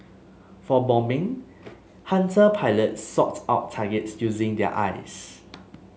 for bombing Hunter pilots sought out targets using their eyes